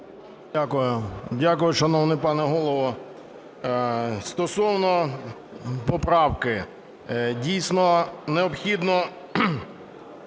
Дякую, шановний пане Голово. Стосовно поправки дійсно необхідно